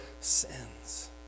sins